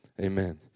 amen